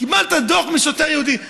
קיבלת דוח משוטר יהודי.